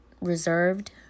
reserved